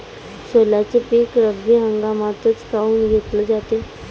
सोल्याचं पीक रब्बी हंगामातच काऊन घेतलं जाते?